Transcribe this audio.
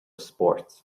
spóirt